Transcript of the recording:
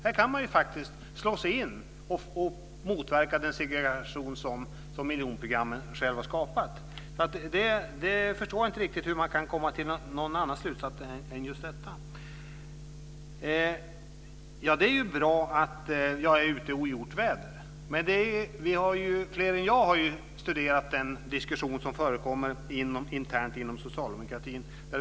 Här kan man faktiskt slå sig in och motverka den segregation som miljonprogrammet självt har skapat. Jag förstår inte hur man kan komma fram till någon annan slutsats. Det är ju bra att jag är ute i ogjort väder, men fler än jag har studerat den diskussion som förekommer internt inom socialdemokratin.